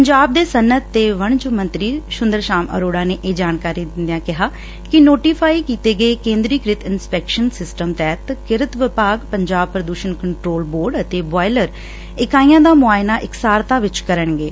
ਪੰਜਾਬ ਦੇ ਸਨਅਤ ਤੇ ਵਣਜ ਮੰਤਰੀ ਸੂੰਦਰ ਸ਼ਾਮ ਅਰੋੜਾ ਨੇ ਇਹ ਜਾਣਕਾਰੀ ਦਿੰਦਿਆਂ ਕਿਹਾ ਕਿ ਨੋਟੀਫਾਈ ਕੀਤੇ ਗਏ ਕੇਦਰੀਕ੍ਤਿ ਇੰਸਪੈਕਸ਼ਨ ਸਿਸਟਮ ਤਹਿਤ ਕਿਰਤ ਵਿਭਾਗ ਪੰਜਾਬ ਪ੍ਰਦੁਸ਼ਣ ਕੰਟਰੋਲ ਬੋਰਡ ਅਤੇ ਬੋਆਇਲਰ ਇਕਾਈਆਂ ਦਾ ਮੁਆਇਨਾ ਇਕਸਾਰਤਾ ਵਿੱਚ ਕਰਨਗੇ